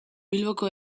bilboko